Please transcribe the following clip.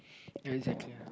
exactly